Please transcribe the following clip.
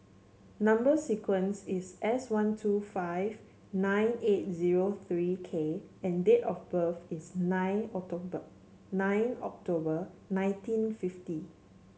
number sequence is S one two five nine eight zero three K and date of birth is nine October nine October nineteen fifty